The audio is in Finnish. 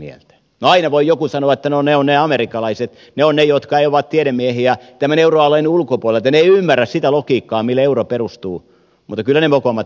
no aina voi joku sanoa että no ne on ne amerikkalaiset ne on ne jotka ovat tiedemiehiä tämän euroalueen ulkopuolelta ne eivät ymmärrä sitä logiikkaa jolle euro perustuu mutta kyllä ne mokomat ymmärtävät